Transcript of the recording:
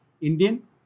Indian